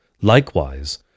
Likewise